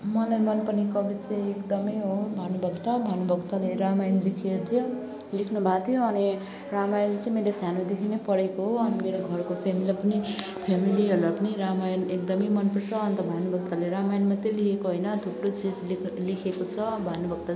मलाई मन पर्ने कवि चाहिँ एकदम हो भानुभक्त भानुभक्तले रामायण लेखेको थियो लेख्नु भएको थियो अनि रामायण चाहिँ मैले सानोदेखि नै पढेको हो अनि मेरो घरको फ्यामिलीलाई पनि फ्यामिलीहरूलाई पनि रामायण एकदम मन पर्छ अन्त भानुभक्तले रामायण मात्र लेखेको हैन थुप्रो चिज ले लेखेको छ भानुभक्तले